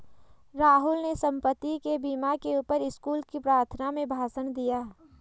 राहुल ने संपत्ति के बीमा के ऊपर स्कूल की प्रार्थना में भाषण दिया